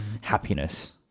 happiness